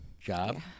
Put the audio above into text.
job